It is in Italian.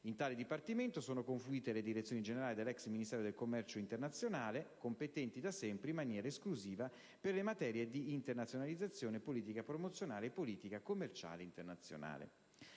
In tale dipartimento sono confluite le direzioni generali dell'ex Ministero del commercio internazionale, competenti da sempre in maniera esclusiva per le materie di internazionalizzazione, politica promozionale e politica commerciale internazionale.